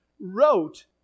wrote